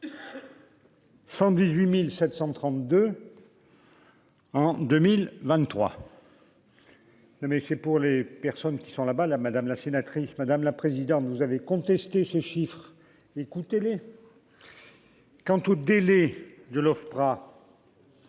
118732. En 2023. Non mais c'est pour les personnes qui sont là-bas, là, madame la sénatrice, madame la présidente, vous avez contesté ces chiffres, écoutez-les. Quant au délais de l'Ofpra.